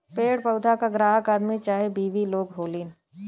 पेड़ पउधा क ग्राहक आदमी चाहे बिवी लोग होलीन